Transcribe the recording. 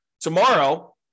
tomorrow